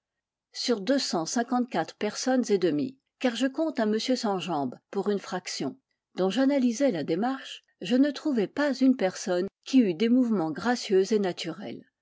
sur deux cent cinquante-quatre personnes et demie car je compte un monsieur sans jambes pour une fraction dont j'analysai la démarche je ne trouvai pas une personne qui eût des mouvements gracieux et naturels